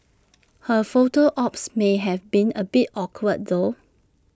her photo ops may have been A bit awkward though